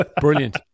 Brilliant